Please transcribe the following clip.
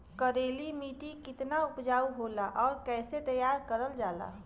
करेली माटी कितना उपजाऊ होला और कैसे तैयार करल जाला?